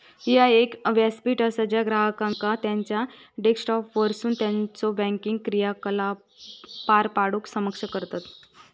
ह्या एक व्यासपीठ असा ज्या ग्राहकांका त्यांचा डेस्कटॉपवरसून त्यांचो बँकिंग क्रियाकलाप पार पाडूक सक्षम करतत